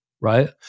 right